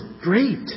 great